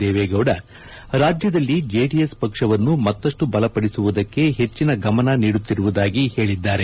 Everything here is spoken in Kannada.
ದೇವೇಗೌಡ ರಾಜ್ಯದಲ್ಲಿ ಜೆಡಿಎಸ್ ಪಕ್ಷವನ್ನು ಮತ್ತಪ್ಪು ಬಲಪಡಿಸುವುದಕ್ಕೆ ಹೆಚ್ಚಿನ ಗಮನ ನೀಡುತ್ತಿರುವುದಾಗಿ ಹೇಳಿದ್ದಾರೆ